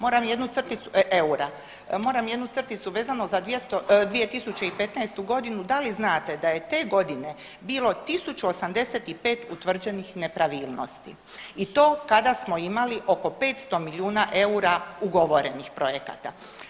Moram jednu crticu eura, moram jednu crticu vezano za 2015.g., da li znate da je te godine bilo 1085 utvrđenih nepravilnosti i to kada smo imali oko 500 milijuna eura ugovorenih projekata.